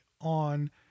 on